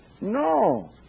No